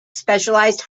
specialized